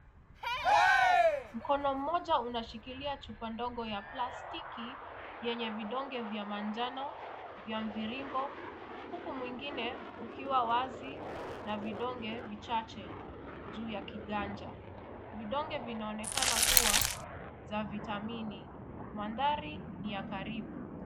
Mkono mmoja unashikilia chupa ndogo ya plastiki yenye vidonge vya manjano vya mviringo huku mwingine ukiwa wazi na vidonge vichache juu ya kiganja. Vidonge vinaonekana kuwa za vitamini. Mandhari ni ya karibu.